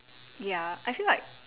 ya I feel like